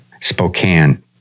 Spokane